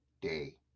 day